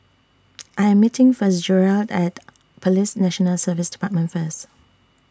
I Am meeting Fitzgerald At Police National Service department First